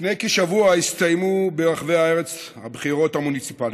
לפני כשבוע הסתיימו ברחבי הארץ הבחירות המוניציפליות.